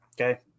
okay